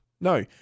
no